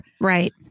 Right